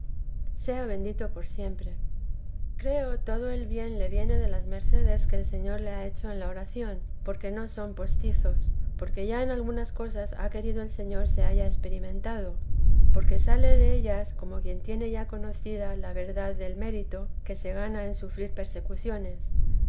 sea bendito por siempre creo todo el bien le viene de las mercedes que el señor le ha hecho en la oración porque no son postizas porque ya en algunas cosas ha querido el señor se haya experimentado porque sale dellas como quien tiene ya conocida la verdad del mérito que se gana en sufrir persecuciones